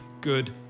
good